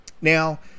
Now